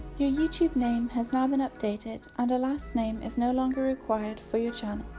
your youtube name has now been updated and a last name is no longer required for your channel.